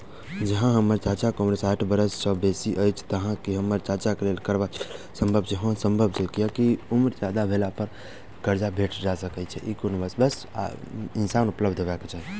जँ हम्मर चाचाक उम्र साठि बरख सँ बेसी अछि तऽ की हम्मर चाचाक लेल करजा भेटब संभव छै?